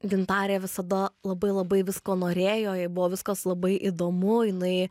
gintarė visada labai labai visko norėjo jai buvo viskas labai įdomu jinai